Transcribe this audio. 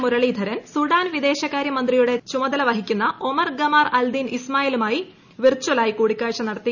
Muraleedharan Sudan വിദേശകാര്യ മന്ത്രിയുടെ ചുമതല വഹിക്കുന്ന ഒമർ ഗമാർ അൽദീൻ ഇസ്മായിലുമായി വിർചലായി കൂടിക്കാഴ്ച നടത്തി